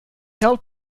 held